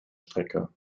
strecke